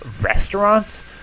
restaurants